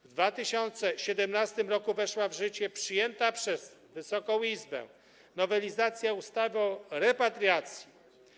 W 2017 r. weszła w życie przyjęta przez Wysoką Izbę nowelizacja ustawy o repatriacji.